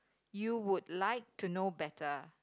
you would like to know better